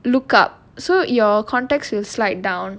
look up so your contacts will slide down